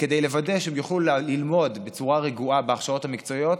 וכדי לוודא שהם יוכלו ללמוד בצורה רגועה בהכשרות המקצועיות,